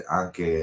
anche